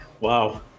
Wow